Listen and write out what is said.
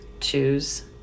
choose